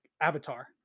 Avatar